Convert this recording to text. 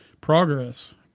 progress